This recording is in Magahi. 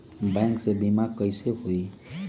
बैंक से बिमा कईसे होई?